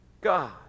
God